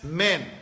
men